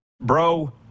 bro